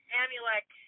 Amulek